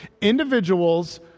individuals